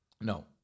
No